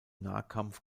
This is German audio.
nahkampf